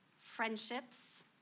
friendships